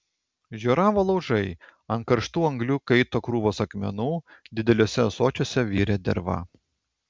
žioravo laužai ant karštų anglių kaito krūvos akmenų dideliuose ąsočiuose virė derva